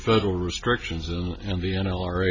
federal restrictions